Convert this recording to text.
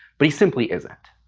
but he simply isn't.